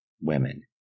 women